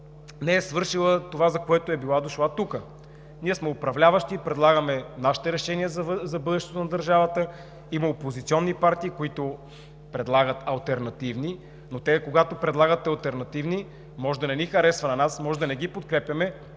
не е свършила това, за което е била дошла тук. Ние сме управляващи и предлагаме нашите решения за бъдещето на държавата. Има опозиционни партии, които предлагат алтернативни – може да не ни харесва на нас, може да не ги подкрепяме,